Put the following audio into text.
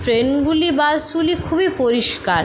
ট্রেনগুলি বাসগুলি খুবই পরিষ্কার